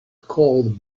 called